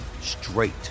straight